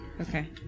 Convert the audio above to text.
Okay